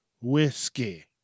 whiskey